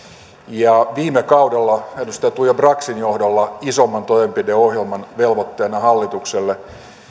ja viime kaudella edustaja tuija braxin johdolla isomman toimenpideohjelman velvoitteena hallitukselle